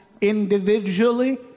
individually